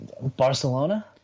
Barcelona